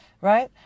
Right